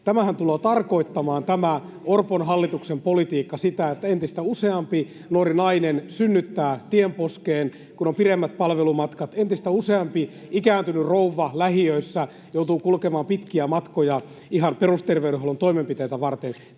tulee tarkoittamaan sitä, että entistä useampi nuori nainen synnyttää tienposkeen, kun on pidemmät palvelumatkat, ja entistä useampi ikääntynyt rouva lähiöissä joutuu kulkemaan pitkiä matkoja ihan perusterveydenhuollon toimenpiteitä varten.